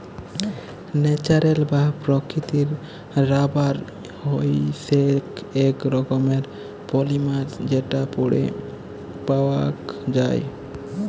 natural বা প্রাকৃতিক rubber হইসেক এক রকমের পলিমার যেটা পেড় পাওয়াক যায়